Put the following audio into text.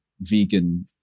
vegan